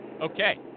Okay